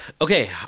Okay